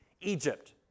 Egypt